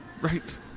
Right